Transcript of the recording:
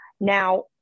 Now